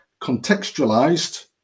contextualized